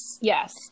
Yes